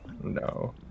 No